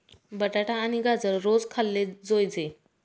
बटाटा आणि गाजर रोज खाल्ले जोयजे